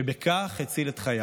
שבכך הציל את חייו.